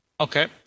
Okay